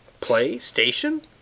PlayStation